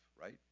right